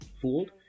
fooled